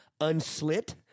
unslit